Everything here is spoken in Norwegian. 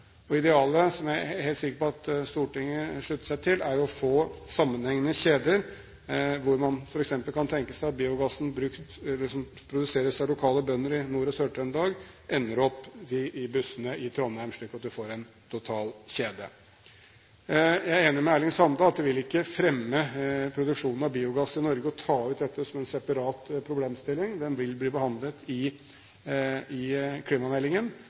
som jeg er helt sikker på at Stortinget slutter seg til, er jo å få sammenhengende kjeder, hvor man f.eks. kan tenke seg at biogassen som produseres av lokale bønder i Nord-Trøndelag og Sør-Trøndelag, ender opp i bussene i Trondheim – slik at man får en total kjede. Jeg er enig med Erling Sande i at det ikke vil fremme produksjonen av biogass i Norge å ta ut dette som en separat problemstilling. Den vil bli behandlet i klimameldingen, og vi vil komme tilbake til Stortinget i